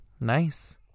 Nice